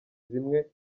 zimwe